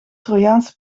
trojaanse